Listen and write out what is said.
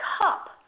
Cup